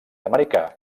americà